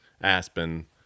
Aspen